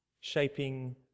shaping